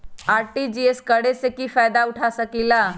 RTGS करे से की फायदा उठा सकीला?